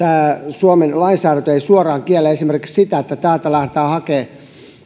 suomen lainsäädäntö ei suoraan kiellä esimerkiksi sitä että täältä lähdetään hakemaan